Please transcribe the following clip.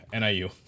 NIU